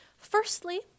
Firstly